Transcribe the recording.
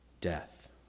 death